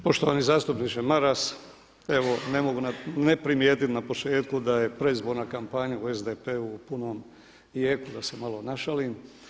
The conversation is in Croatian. Poštovani zastupniče Maras, evo ne mogu ne primijetit na početku da je predizborna kampanja u SDP u punom jeku, da se malo našalim.